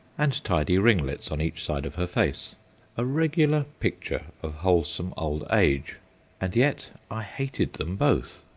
and tidy ringlets on each side of her face a regular picture of wholesome old age and yet i hated them both.